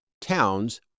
towns